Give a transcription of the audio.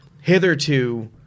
hitherto